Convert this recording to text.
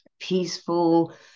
peaceful